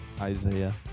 Isaiah